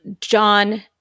John